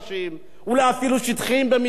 הם אולי אפילו שטחיים במידה מסוימת,